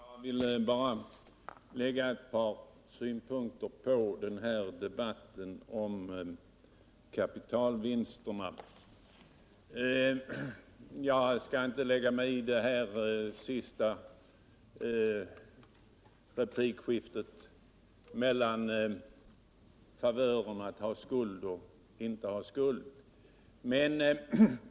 Herr talman! Jag ville bara anlägga ett par synpunkter på den här debatten om kapitalvinsterna. Jag skall inte lägga mig i det sista replikskiftet om de eventuella favörerna av att ha eller inte ha skulder.